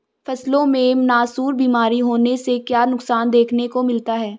फसलों में नासूर बीमारी होने से क्या नुकसान देखने को मिलता है?